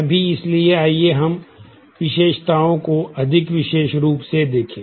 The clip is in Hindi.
अभी इसलिए आइए हम विशेषताओं को अधिक विशेष रूप से देखें